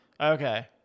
Okay